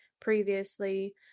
previously